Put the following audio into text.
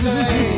say